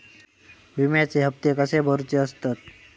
विम्याचे हप्ते कसे भरुचे असतत?